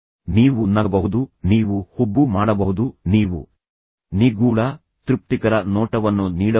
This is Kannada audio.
ನೀವು ನಗಬಹುದು ನೀವು ಹುಬ್ಬು ಮಾಡಬಹುದು ನೀವು ನಿಗೂಢ ತೃಪ್ತಿಕರ ನೋಟವನ್ನು ನೀಡಬಹುದು